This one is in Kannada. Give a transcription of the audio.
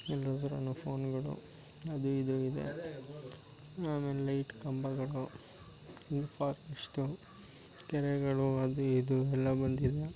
ಎಲ್ಲೋದ್ರೂ ಫೋನುಗಳು ಅದು ಇದು ಇದೆ ಆಮೇಲೆ ಲೈಟ್ ಕಂಬಗಳು ಕೆರೆಗಳು ಅದು ಇದು ಎಲ್ಲ ಬಂದಿದೆ